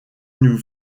nous